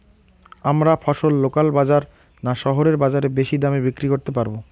আমরা ফসল লোকাল বাজার না শহরের বাজারে বেশি দামে বিক্রি করতে পারবো?